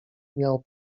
miał